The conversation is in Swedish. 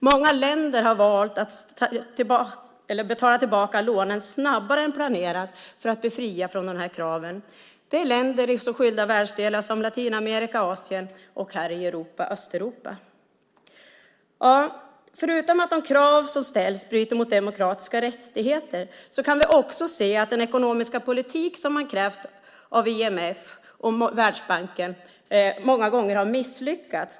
Många länder har valt att betala tillbaka lånen snabbare än planerat för att bli fria från de här kraven. Det är länder i så skilda världsdelar som Latinamerika och Asien. Här i Europa är det Östeuropa. Förutom att de krav som ställs bryter mot demokratiska rättigheter kan vi också se att den ekonomiska politik som krävts av IMF och Världsbanken många gånger har misslyckats.